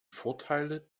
vorteile